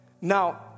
Now